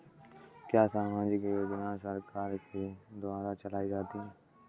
क्या सामाजिक योजनाएँ सरकार के द्वारा चलाई जाती हैं?